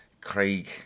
Craig